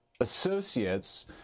associates